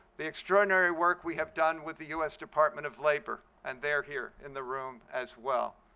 the extraordinary work we have done with the us department of labor, and they're here in the room as well.